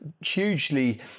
hugely